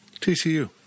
TCU